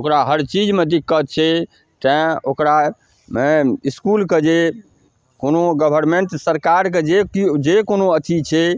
ओकरा हर चीजमे दिक्कत छै तेँ ओकरा हँ इसकुलके जे कोनो गवर्नमेन्ट सरकारके जे केओ जे कोनो अथी छै